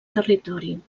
territori